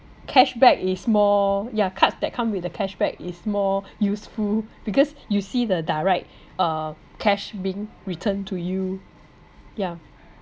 cashback is more ya cards that come with the cashback is more useful because you see the direct uh cash being returned to you ya